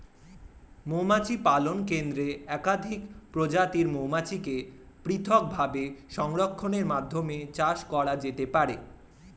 মৌমাছি পালন কেন্দ্রে একাধিক প্রজাতির মৌমাছিকে পৃথকভাবে সংরক্ষণের মাধ্যমে চাষ করা যেতে পারে